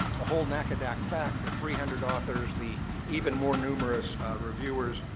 the whole ncadac fac, the three hundred authors, the even more numerous reviewers.